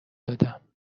دادم